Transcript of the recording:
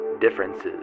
differences